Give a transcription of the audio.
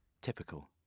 Typical